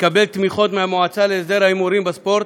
לקבל תמיכות מהמועצה להסדר ההימורים בספורט,